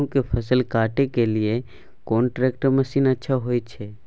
गेहूं के फसल काटे के लिए कोन ट्रैक्टर मसीन अच्छा होय छै?